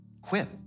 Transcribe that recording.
quit